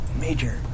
Major